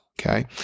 Okay